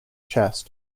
chest